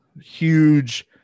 huge